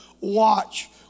watch